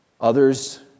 Others